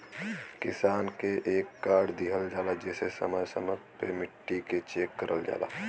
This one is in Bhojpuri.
किसान के एक कार्ड दिहल जाला जेसे समय समय पे मट्टी के चेक करल जाला